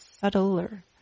subtler